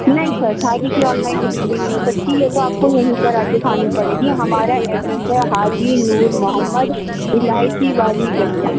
نہیں سر تھالی کی online delivery نہیں ہو سکتی یہ تو آپ کو یہیں پر آ کے کھانی پڑے گی ہمارا ایڈریس ہے حاجی نور محمد الائچی والی گلی